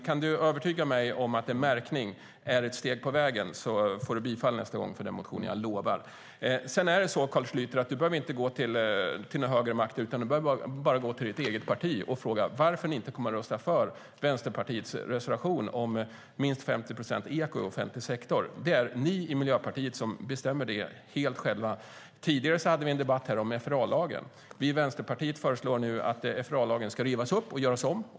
Kan du övertyga mig om att märkning är ett steg på vägen, Carl Schlyter, bifaller vi motionen nästa gång. Jag lovar. Du behöver inte gå till någon högre makt, Carl Schlyter. Du behöver bara gå till ditt eget parti och fråga varför ni inte kommer att rösta på Vänsterpartiets reservation om minst 50 procent eko i offentlig sektor. Det är ni i Miljöpartiet som bestämmer det helt själva. Tidigare hade vi en debatt om FRA-lagen. Vänsterpartiet föreslår att FRA-lagen ska rivas upp och göras om.